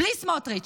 בלי סמוטריץ'.